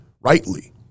rightly